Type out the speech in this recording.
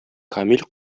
камил